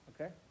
Okay